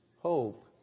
hope